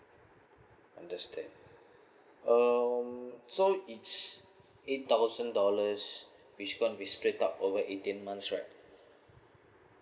understand um so it's eight thousand dollars which gonna split up over eighteen months right